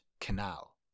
canal